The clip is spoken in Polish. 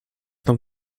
tam